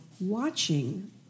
watching